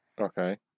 Okay